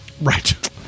Right